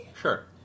Sure